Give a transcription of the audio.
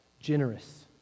generous